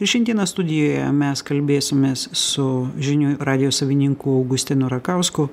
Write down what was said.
ir šiandieną studijoje mes kalbėsimės su žinių radijo savininku augustinu rakausku